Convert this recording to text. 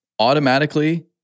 automatically